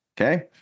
Okay